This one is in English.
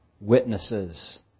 witnesses